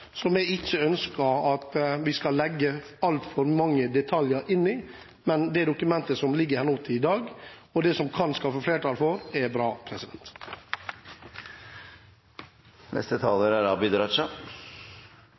som jeg ikke ønsker at vi skal legge altfor mange detaljer inn i, men det dokumentet som ligger her nå i dag, og det som kan skaffes flertall for, er bra.